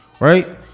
Right